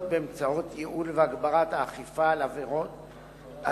באמצעות ייעול והגברה של האכיפה בעבירות